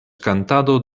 kantado